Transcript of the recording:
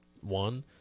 one